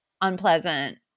unpleasant